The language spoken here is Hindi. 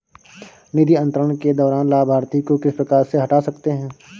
निधि अंतरण के दौरान लाभार्थी को किस प्रकार से हटा सकते हैं?